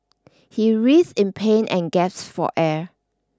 he writhed in pain and gasped for air